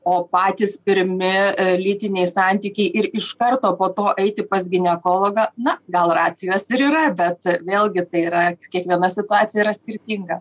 o patys pirmi lytiniai santykiai ir iš karto po to eiti pas ginekologą na gal racijos ir yra bet vėlgi tai yra kiekviena situacija yra skirtinga